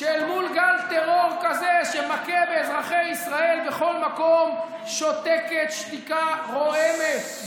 שאל מול גל טרור כזה שמכה באזרחי ישראל בכל מקום שותקת שתיקה רועמת,